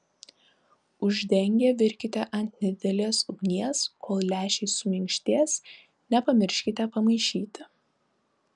uždengę virkite ant nedidelės ugnies kol lęšiai suminkštės nepamirškite pamaišyti